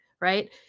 right